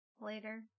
later